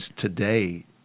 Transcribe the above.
today